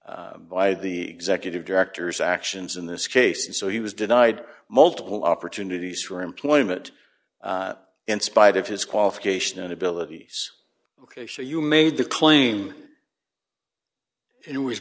working by the executive directors actions in this case and so he was denied multiple opportunities for employment in spite of his qualification and abilities ok so you made the claim it was